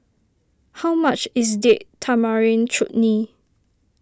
how much is Date Tamarind Chutney